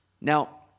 Now